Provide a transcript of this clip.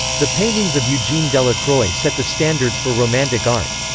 the paintings of eugene delacroix set the standards for romantic art.